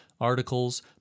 articles